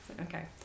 okay